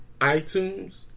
iTunes